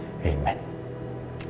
amen